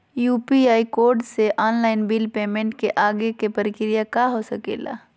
UPI code से online bill payment के आगे के प्रक्रिया का हो सके ला?